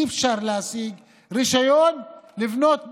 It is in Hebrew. אי-אפשר להשיג רישיון לבנות בית,